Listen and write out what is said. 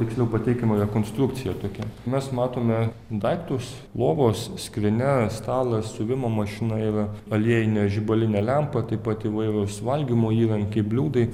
tiksliau pateikiama jo konstrukcija tokia mes matome daiktus lovos skrynia stalas siuvimo mašina yra aliejinė žibalinė lempa taip pat įvairūs valgymo įrankiai bliūdai